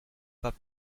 pas